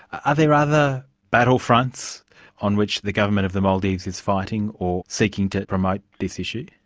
are there other battle fronts on which the government of the maldives is fighting or seeking to promote this issue?